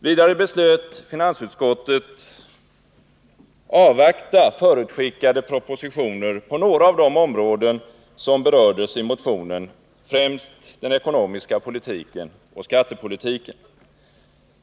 Vidare beslöt finansutskottet att avvakta förutskickade propositioner på några av de områden som berördes i motionen, främst rörande den ekonomiska politiken och skattepolitiken.